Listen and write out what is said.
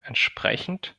entsprechend